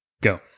go